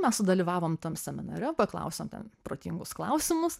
mes sudalyvavom tam seminare paklausėm ten protingus klausimus